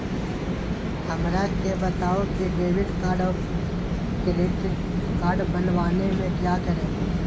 हमरा के बताओ की डेबिट कार्ड और क्रेडिट कार्ड बनवाने में क्या करें?